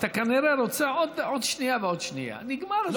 אתה כנראה רוצה עוד שנייה ועוד שנייה, נגמר הזמן.